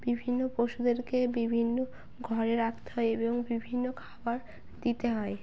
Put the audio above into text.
বিভিন্ন পশুদেরকে বিভিন্ন ঘরে রাখতে হয় এবং বিভিন্ন খাবার দিতে হয়